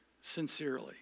sincerely